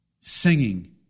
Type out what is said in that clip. Singing